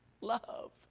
Love